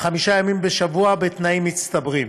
וחמישה ימים בשבוע בתנאים מצטברים,